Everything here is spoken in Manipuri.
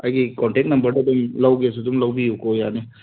ꯑꯩꯒꯤ ꯀꯟꯇꯦꯛ ꯅꯝꯕꯔꯗ ꯑꯗꯨꯝ ꯂꯧꯒꯦꯁꯨ ꯑꯗꯨꯝ ꯂꯧꯕꯤꯌꯨꯀꯣ ꯌꯥꯅꯤ